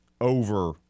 over